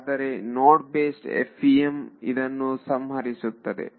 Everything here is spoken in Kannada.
ಆದರೆ ನೋಡ್ ಬೇಸ್ಡ್ FEM ಇದನ್ನು ಸಂಹರಿಸುತ್ತದೆ